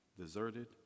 Deserted